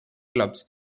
clubs